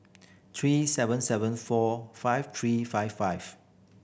three seven seven four five three five five